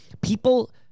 People